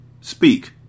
Speak